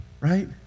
Right